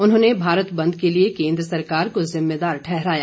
उन्होंने भारत बंद के लिए केंद्र सरकार को जिम्मेवार ठहराया